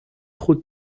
trop